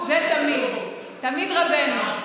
זה תמיד, תמיד רבנו.